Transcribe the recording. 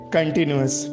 Continuous